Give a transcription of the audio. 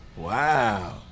Wow